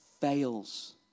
fails